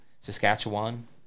saskatchewan